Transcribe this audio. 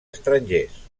estrangers